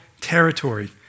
territory